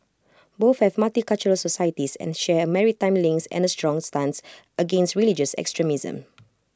both have multicultural societies and share maritime links and A strong stance against religious extremism